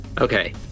Okay